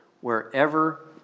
wherever